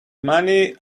money